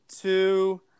two